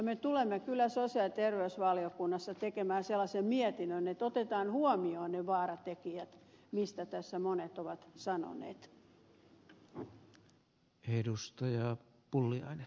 me tulemme kyllä sosiaali ja terveysvaliokunnassa tekemään sellaisen mietinnön että otetaan huomioon ne vaaratekijät joista tässä monet ovat sanoneet